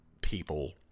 people